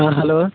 hello